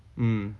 mm